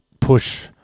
Push